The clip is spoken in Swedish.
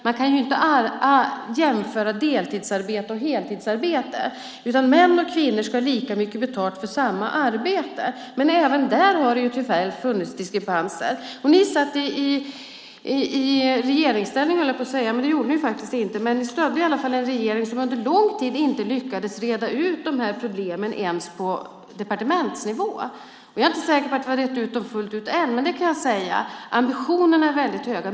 Man kan inte jämföra deltidsarbete med heltidsarbete. Män och kvinnor ska ha lika mycket betalt för samma arbete. Men även där har det tyvärr funnits diskrepanser. Ni satt inte i regeringsställning. Men ni stödde i varje fall en regering som under lång tid inte lyckades reda ut problemen ens på departementsnivå. Jag är inte säker på att vi har rett ut dem full ut än. Men ambitionerna är väldigt höga.